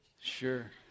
Sure